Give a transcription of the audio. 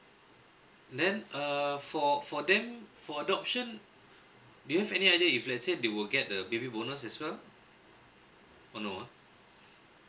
then uh for for them for adoption do you have any idea if let's say they will get the baby bonus as well or no ah